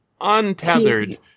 untethered